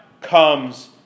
comes